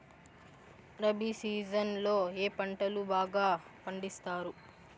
rabi season లో ఏ పంటలు బాగా పండిస్తారు